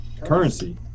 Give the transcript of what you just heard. currency